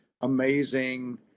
amazing